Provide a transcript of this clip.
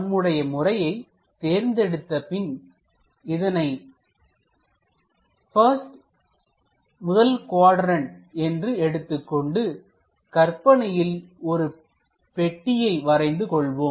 நம்முடைய முறையை தேர்ந்தெடுத்த பின் இதனை பாக்சின் முதல் குவாட்ரண்ட் என்று எடுத்துக் கொண்டு கற்பனையில் ஒரு பெட்டியை வரைந்து கொள்வோம்